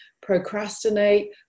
procrastinate